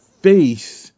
face